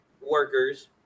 workers